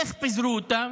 איך פיזרו אותם?